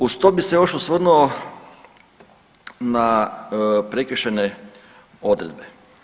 Uz to bih se još osvrnuo na prekršajne odredbe.